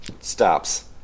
stops